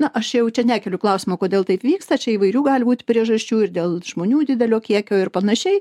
na aš jau čia nekeliu klausimo kodėl taip vyksta čia įvairių gali būt priežasčių ir dėl žmonių didelio kiekio ir panašiai